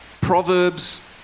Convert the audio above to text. Proverbs